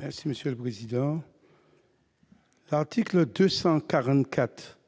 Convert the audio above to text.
est à M. Maurice Antiste. L'article 244